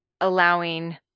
allowing